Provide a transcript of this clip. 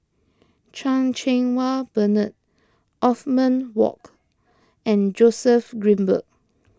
Chan Cheng Wah Bernard Othman Wok and Joseph Grimberg